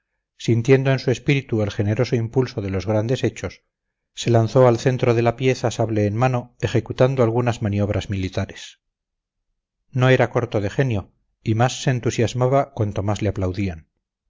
sintiendo en su espíritu el generoso impulso de los grandes hechos se lanzó al centro de la pieza sable en mano ejecutando algunas maniobras militares no era corto de genio y más se entusiasmaba cuanto más le aplaudían